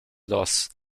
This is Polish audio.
los